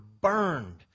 burned